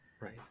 right